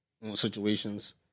situations